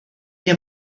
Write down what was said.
der